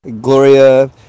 Gloria